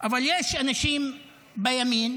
אבל יש אנשים בימין,